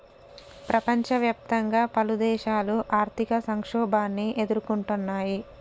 ప్రపంచవ్యాప్తంగా పలుదేశాలు ఆర్థిక సంక్షోభాన్ని ఎదుర్కొంటున్నయ్